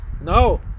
No